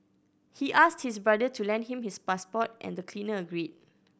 he asked his brother to lend him his passport and the cleaner agreed